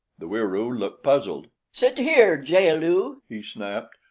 the wieroo looked puzzled. sit here, jaal-lu, he snapped,